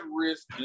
risk